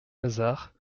lazare